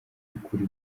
y’ukuri